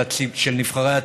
של נבחרי הציבור,